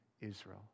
Israel